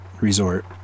resort